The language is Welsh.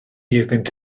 iddynt